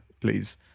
please